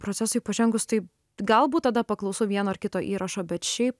procesui pažengus tai galbūt tada paklausau vieno ar kito įrašo bet šiai